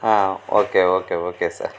ah okay okay okay sir